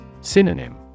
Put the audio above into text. Synonym